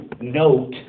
note